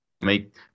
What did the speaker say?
make